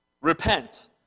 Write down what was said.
Repent